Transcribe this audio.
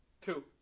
Two